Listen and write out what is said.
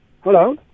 Hello